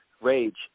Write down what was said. rage